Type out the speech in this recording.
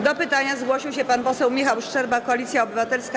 Do pytania zgłosił się pan poseł Michał Szczerba, Koalicja Obywatelska.